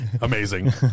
Amazing